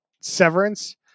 Severance